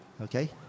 Okay